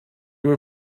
were